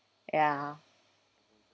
ya